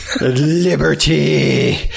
Liberty